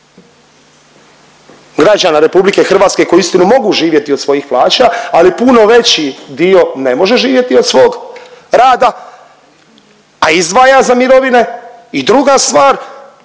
građana RH koji uistinu mogu živjeti od svojih plaća, ali puno veći dio ne može živjeti od svog rada, a izdvaja za mirovine i druga stvar,